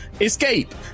escape